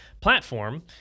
platform